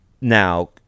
now